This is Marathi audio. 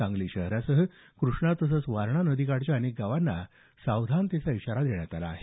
सांगली शहरासह क्रष्णा तसंच वारणा नदीकाठच्या अनेक गावांना सावधानतेचा इशारा दिला आहे